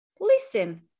listen